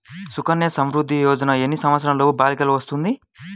సుకన్య సంవృధ్ది యోజన ఎన్ని సంవత్సరంలోపు బాలికలకు వస్తుంది?